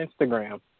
Instagram